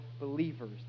believers